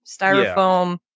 styrofoam